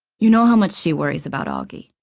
you know how much she worries about auggie.